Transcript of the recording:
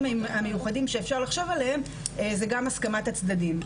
המיוחדים שאפשר לחשוב עליהם זה גם הסכמת הצדדים.